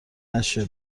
نشه